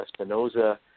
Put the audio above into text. Espinoza